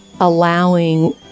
allowing